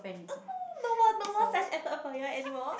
oh no more no more such effort for you all anymore